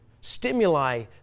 stimuli